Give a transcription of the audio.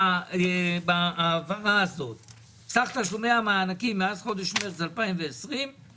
מה היה סך תשלומי המענקים בכל חודש החל מחודש מרץ 2020?